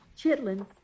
chitlins